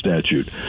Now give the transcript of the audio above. statute